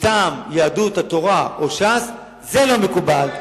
מטעם יהדות התורה או ש"ס זה לא מקובל.